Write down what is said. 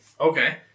okay